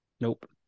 Nope